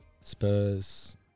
Spurs